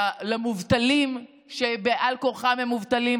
למובטלים שבעל כורחם הם מובטלים,